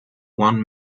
one